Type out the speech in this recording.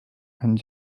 and